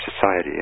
society